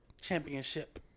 Championship